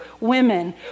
women